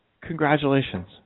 congratulations